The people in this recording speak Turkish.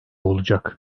olacak